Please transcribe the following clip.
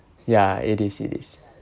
ya it is it is